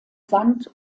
sand